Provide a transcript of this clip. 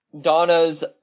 Donna's